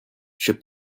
should